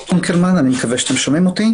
שלום.